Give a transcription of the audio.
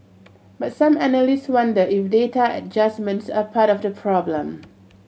but some analysts wonder if data adjustments are part of the problem